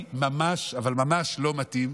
ממש אבל ממש לא מתאים